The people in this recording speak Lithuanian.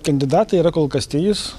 kandidatai yra kol kas trys